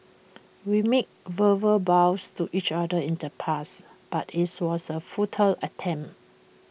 we made verbal vows to each other in the past but IT was A futile attempt